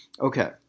Okay